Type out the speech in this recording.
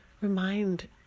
remind